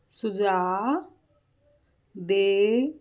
ਸੁਝਾਅ ਦੇ